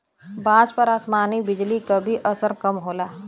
बांस पर आसमानी बिजली क भी असर कम होला